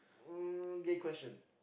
um gay question